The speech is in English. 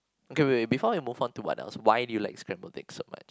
okay wait wait before we move on to what else why do you like scrambled eggs so much